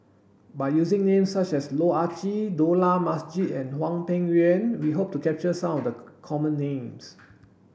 by using names such as Loh Ah Chee Dollah Majid and Hwang Peng Yuan we hope to capture some of the common names